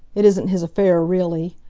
it isn't his affair, really.